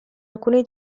alcuni